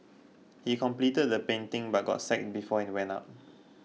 he completed the painting but got sack before it went up